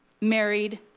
married